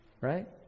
right